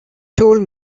told